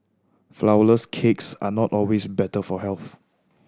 flourless cakes are not always better for health